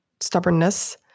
stubbornness